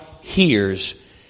hears